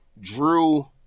Drew